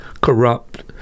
corrupt